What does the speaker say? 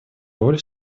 роль